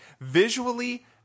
visually